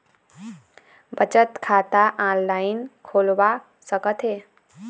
बचत खाता ऑनलाइन खोलवा सकथें?